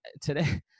today